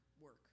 work